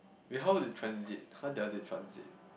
wait how long you transit how does it transit